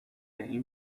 این